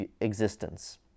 existence